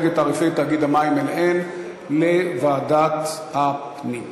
תעריפי תאגיד המים אל-עין לוועדת הפנים.